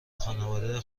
خانواده